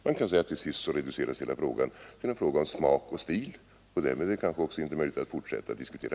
Man kan säga att till sist reduceras hela ärendet till en fråga om smak och stil, och därmed är det kanske inte heller möjligt att fortsätta att diskutera.